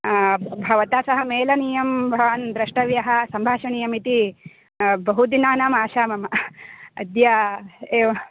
भवता सह मेलनीयं भवान् द्रष्टव्यः सम्भाषणीयम् इति बहुदिनानाम् आशा मम अद्य एव